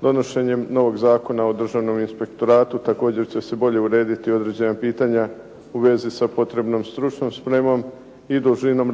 Donošenjem novog Zakona o državnom inspektoratu također će se bolje urediti određena pitanja u vezi sa potrebnom stručnom spremom i dužinom